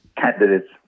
candidates